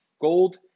Gold